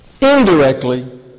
Indirectly